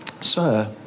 Sir